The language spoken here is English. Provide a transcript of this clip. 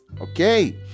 okay